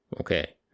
Okay